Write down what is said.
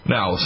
Now